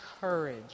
courage